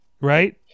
right